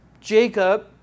Jacob